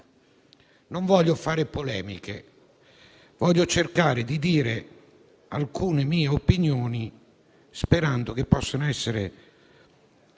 Non voglio fare polemiche, ma cercare di esprimere alcune mie opinioni, sperando che possano essere